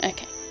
Okay